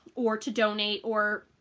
or to donate, or